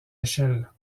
échelle